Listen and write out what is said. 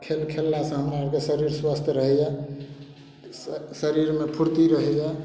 खेल खेललासँ हमरा अरके शरीर स्वस्थ रहइए शरीरमे फूर्ति रहइए